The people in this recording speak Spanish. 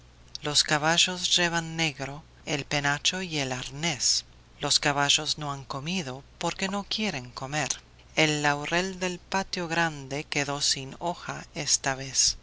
los caballos llevan negro el penacho y el arnés los caballos no han comido porque no quieren comer el laurel del patio grande quedó sin hoja esta vez todo